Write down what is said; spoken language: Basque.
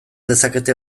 dezakete